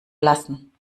lassen